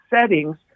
settings